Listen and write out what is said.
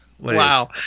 Wow